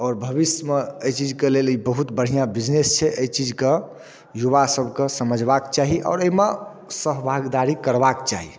आओर भविष्यमे एहि चीजके लेल ई बहुत बढ़िआँ बिजनेस छै एहि चीजके युवा सभके समझबाके चाही आओर अइमे सहभागदारी करबाके चाही